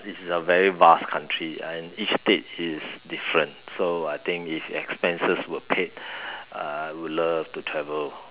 it's a very vast country and each state is different so I think if expenses were paid uh I would love to travel